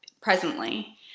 presently